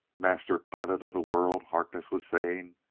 master pilot of the world! harkness was saying.